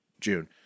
June